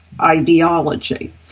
ideology